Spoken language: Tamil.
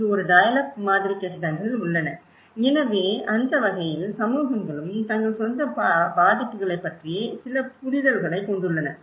இங்கு ஒரு டயல் அப் மாதிரி கட்டிடங்கள் உள்ளன எனவே அந்த வகையில் சமூகங்களும் தங்கள் சொந்த பாதிப்புகளைப் பற்றி சில புரிதல்களைக் கொண்டுள்ளன